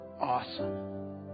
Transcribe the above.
awesome